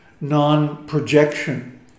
non-projection